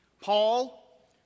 Paul